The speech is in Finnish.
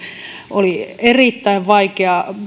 oli erittäin vaikeaa